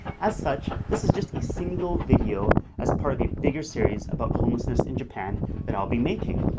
as such, this is just a single video as part of a bigger series about homelessness in japan that i'll be making,